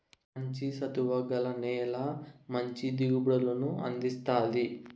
మంచి సత్తువ గల నేల మంచి దిగుబడులను అందిస్తాది